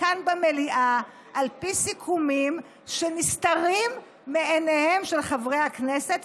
כאן במליאה על פי סיכומים שנסתרים מעיניהם של חברי הכנסת,